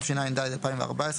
התשע"ד-2014,